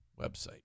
website